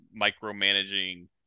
micromanaging